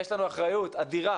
יש לנו אחריות אדירה